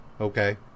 okay